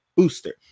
Booster